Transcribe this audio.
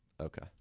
Okay